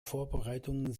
vorbereitungen